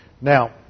Now